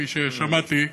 כפי ששמעתי,